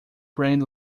brand